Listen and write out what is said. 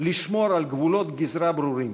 לשמור על גבולות גזרה ברורים,